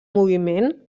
moviment